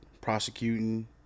prosecuting